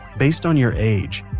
based on your age,